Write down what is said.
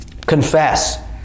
Confess